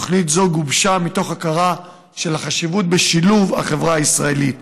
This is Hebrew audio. תוכנית זו גובשה מתוך הכרה בחשיבות של השילוב בחברה הישראלית.